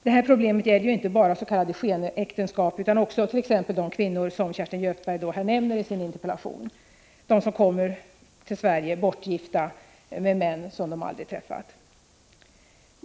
Dessa problem uppstår inte bara vid s.k. skenäktenskap, utan de finns också bland de kvinnor som Kerstin Göthberg nämner i sin interpellation, nämligen de som kommer till Sverige och är bortgifta med män som de aldrig träffat.